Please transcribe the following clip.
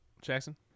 Jackson